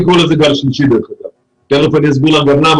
אני קורא לזה גל שלישי ותכף אני אסביר למה